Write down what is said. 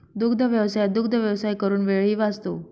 दुग्धव्यवसायात दुग्धव्यवसाय करून वेळही वाचतो